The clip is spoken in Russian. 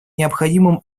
необходимым